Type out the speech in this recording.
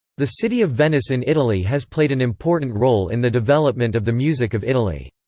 the city of venice in italy has played an important role in the development of the music of italy.